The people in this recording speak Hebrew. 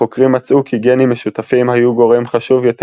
החוקרים מצאו כי גנים משותפים היו גורם חשוב יותר